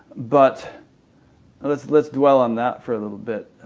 but and let's let's dwell on that for a little bit.